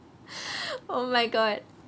oh my god